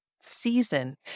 season